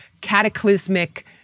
cataclysmic